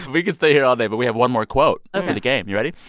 we could stay here all day. but we have one more quote ok for the game, you ready?